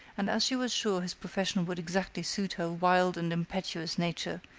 and as she was sure his profession would exactly suit her wild and impetuous nature,